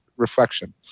reflection